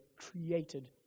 created